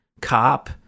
cop